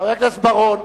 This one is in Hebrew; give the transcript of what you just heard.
חבר הכנסת בר-און,